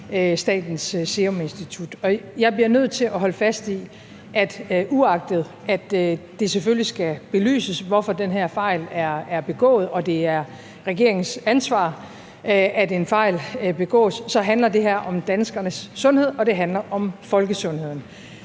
Statens Serum Institut. Jeg bliver nødt til at holde fast i, at uagtet at det selvfølgelig skal belyses, hvorfor den her fejl er begået – og det er regeringens ansvar, at en fejl begås – så handler det her om danskernes sundhed, og det handler om folkesundheden.